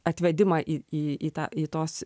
atvedimą į į į tą į tos